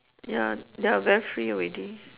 ya they are very free already